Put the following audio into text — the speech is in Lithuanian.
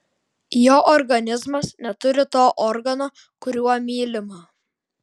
jo organizmas neturi to organo kuriuo mylima